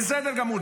בסדר גמור,